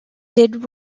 did